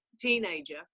teenager